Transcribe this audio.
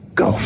go